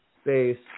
space